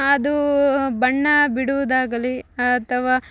ಅದು ಬಣ್ಣ ಬಿಡುವುದಾಗಲಿ ಅಥವಾ